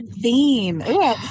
theme